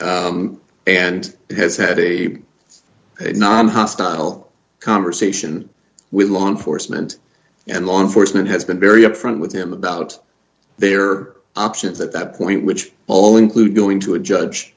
and has had a nonhostile conversation with law enforcement and law enforcement has been very upfront with him about their options at that point which all include going to a judge